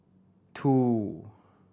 two